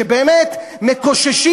שבאמת מקוששים,